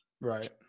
Right